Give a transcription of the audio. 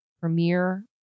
premier